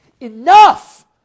enough